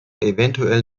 eventuell